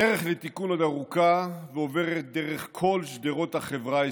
הדרך לתיקון עוד ארוכה ועוברת דרך כל שדרות החברה הישראלית,